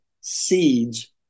seeds